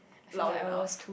loud enough